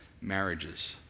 Marriages